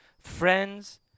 Friends